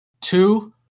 two